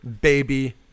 baby